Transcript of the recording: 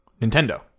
nintendo